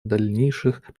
дальнейших